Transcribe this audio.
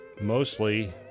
Mostly